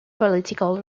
political